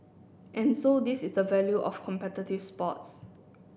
and so this is the value of competitive sports